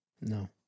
No